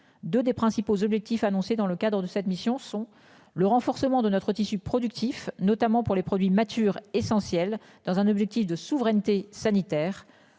2 des principaux objectifs annoncés dans le cadre de cette mission sont le renforcement de notre tissu productif, notamment pour les produits matures essentiel dans un objectif de souveraineté sanitaire